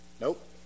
nope